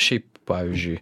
šiaip pavyzdžiui